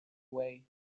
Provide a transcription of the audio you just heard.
away